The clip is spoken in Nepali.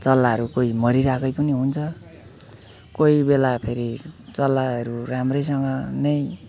चल्लाहरू कोही मरिरखेकै पनि हुन्छ कोही बेला फेरि चल्लाहरू राम्रैसँग नै